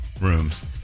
rooms